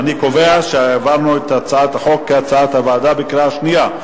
אני קובע שהעברנו את הצעת החוק כהצעת הוועדה בקריאה שנייה.